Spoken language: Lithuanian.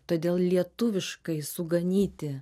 todėl lietuviškai suganyti